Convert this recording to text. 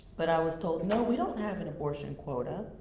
but i was told, no, we don't have an abortion quota.